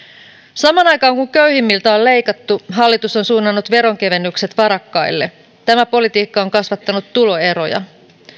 samaan aikaan kun köyhimmiltä on leikattu hallitus on suunnannut veronkevennykset varakkaille tämä politiikka on kasvattanut tuloeroja